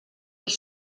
els